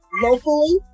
locally